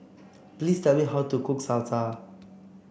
please tell me how to cook Salsa